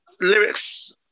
Lyrics